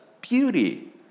beauty